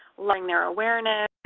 lowering their awareness,